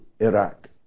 Iraq